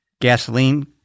Gasoline